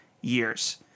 years